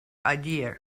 idea